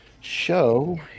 show